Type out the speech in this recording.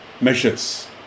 measures